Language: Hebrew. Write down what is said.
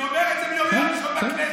אני אומר את זה מיומי הראשון בכנסת.